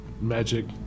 magic